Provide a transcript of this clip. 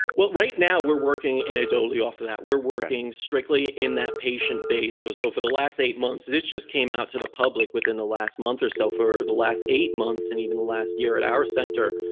well right now, we're working anecdotally off of that. we're working strictly in that patient base. so for the last eight months. this just came out to the public within the last month or so. for the last eight months and even the last year at our center,